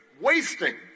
wasting